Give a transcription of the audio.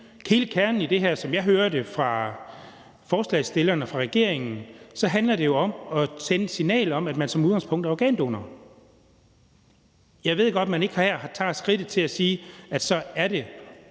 hele kernen i det her, som jeg hører det fra forslagsstilleren og regeringen, er jo at sende et signal om, at folk som udgangspunkt er organdonorer. Jeg ved godt, man ikke her tager skridtet til at sige, at så er folk